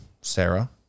Sarah